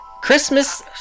Christmas